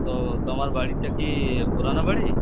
তো তোমার বাড়িটা কি পুরানো বাড়ি